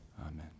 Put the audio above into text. Amen